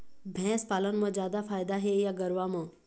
भैंस पालन म जादा फायदा हे या गरवा म?